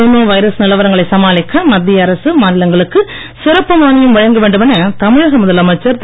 corona virus நிலவரங்களை சமாளிக்க மத்திய அரசு மாநிலங்களுக்கு சிறப்பு மானியம் வழங்க வேண்டுமென தமிழக முதலமைச்சர் திரு